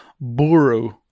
Buru